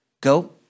Go